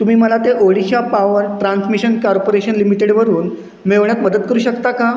तुम्ही मला ते ओडिशा पॉवर ट्रान्समिशन कॉर्पोरेशन लिमिटेडवरून मिळवण्यात मदत करू शकता का